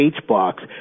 H-Box